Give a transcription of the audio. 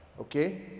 okay